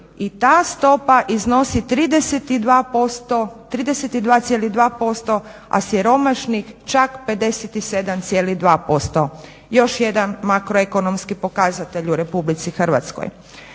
i ta stopa iznosi 32,2%, a siromašni čak 57,2%. Još jedan makroekonomski pokazatelj u RH. Hrvatska